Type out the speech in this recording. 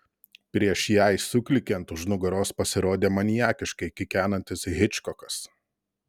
prieš jai suklykiant už nugaros pasirodė maniakiškai kikenantis hičkokas